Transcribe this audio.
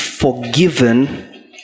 forgiven